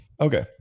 okay